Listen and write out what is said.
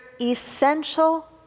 essential